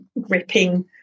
gripping